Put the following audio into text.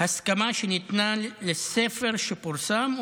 הסכמה שניתנה לספר שפורסם,